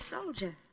soldier